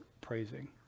praising